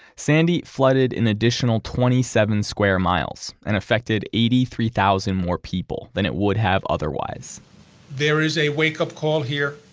sandy flooded an additional twenty seven square miles, and affected eighty three thousand more people than it would have otherwise there is a wake-up call here,